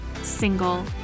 single